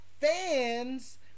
fans